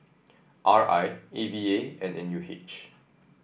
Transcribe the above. R I A V A and N U H